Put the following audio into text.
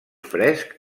fresc